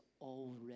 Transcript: already